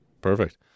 Perfect